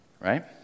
Right